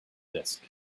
disk